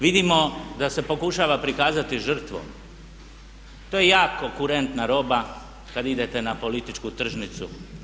Vidimo da se pokušava prikazati žrtvom, to je jako kurentna roba kad idete na političku tržnicu.